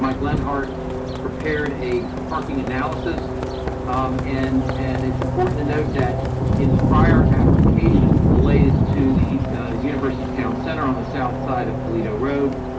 like lenhart prepared a parking analysis um and and it's important to note that in prior applications related to the university town center on the south side of toledo road,